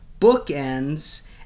bookends